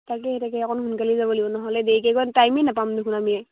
তাকে তাকে অকণ সোনকালে যাব লাগিব নহ'লে দেৰি টাইমে নাপাম দেখোন আমি